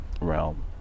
realm